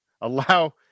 Allow